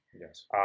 yes